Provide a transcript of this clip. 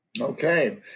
Okay